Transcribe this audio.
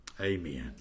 Amen